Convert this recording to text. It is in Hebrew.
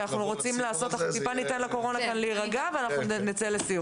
ניתן לקורונה להירגע ונצא לסיור.